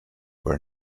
where